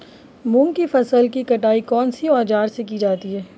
मूंग की फसल की कटाई कौनसे औज़ार से की जाती है?